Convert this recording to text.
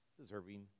deserving